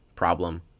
Problem